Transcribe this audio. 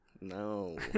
No